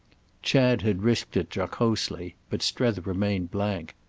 chad had risked it jocosely, but strether remained blank.